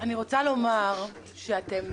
אני רוצה לומר שכמו